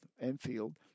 Enfield